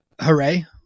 Hooray